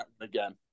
again